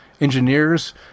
engineers